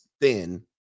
thin